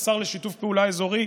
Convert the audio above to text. כשר לשיתוף פעולה אזורי,